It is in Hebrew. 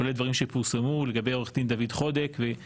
כולל דברים שפורסמו לגבי עורך דין דוד חודק והיה